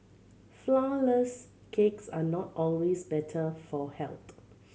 flourless cakes are not always better for health